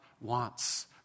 wants